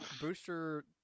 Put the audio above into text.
Booster